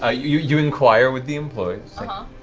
ah you you inquire with the employees.